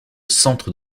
centre